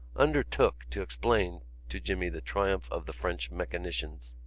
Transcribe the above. undertook to explain to jimmy the triumph of the french mechanicians.